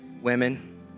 women